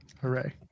Hooray